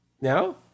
no